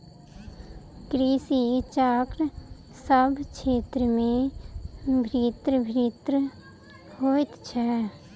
कृषि चक्र सभ क्षेत्र मे भिन्न भिन्न होइत छै